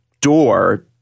door